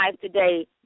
today